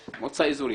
תודה.